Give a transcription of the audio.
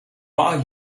are